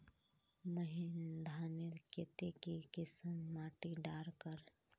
महीन धानेर केते की किसम माटी डार कर?